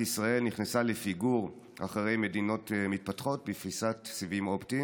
ישראל נכנסה לפיגור אחרי מדינות מתפתחות בפריסת סיבים אופטיים,